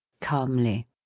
calmly